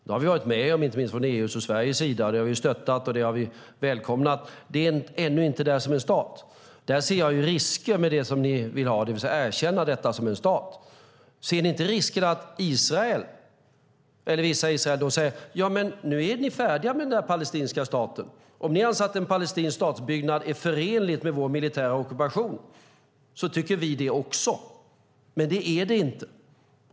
Det har vi inte minst från EU:s och Sveriges sida stöttat och välkomnat. Det är ännu inte där som en stat. Där ser jag risker med det som ni vill, det vill säga att erkänna detta som en stat. Ni borde se risken med att Israel säger: Ja, men nu är ni färdiga med den palestinska staten, och om ni anser att en palestinsk statsbyggnad är förenlig med vår militära ockupation tycker vi det också. Men det är det inte.